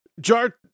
Jar